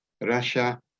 Russia